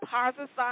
Positive